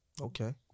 Okay